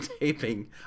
taping